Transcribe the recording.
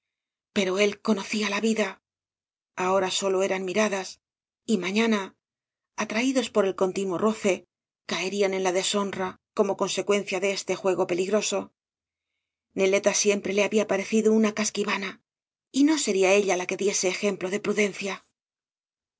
pero él conocía la vida ahora sólo eran miradas y mañana atraídos por el continuo roce caerían en la deshonra como consecuencia de este juego peligroso neleta siempre le había parecido una casquivana y no sería ella la que diese ejemplo de